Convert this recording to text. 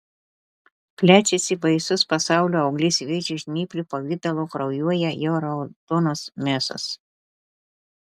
plečiasi baisus pasaulio auglys vėžio žnyplių pavidalu kraujuoja jo raudonos mėsos